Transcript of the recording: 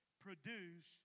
produce